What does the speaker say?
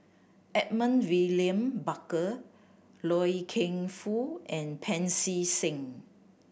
Edmund William Barker Loy Keng Foo and Pancy Seng